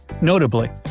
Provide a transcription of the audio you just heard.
Notably